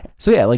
so yeah, like